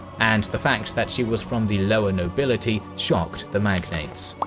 and the fact that she was from the lower nobility shocked the magnates.